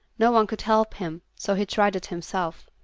no one could help him, so he tried it himself.